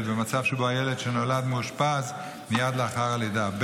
במצב שבו הילד שנולד מאושפז מייד לאחר הלידה,